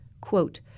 quote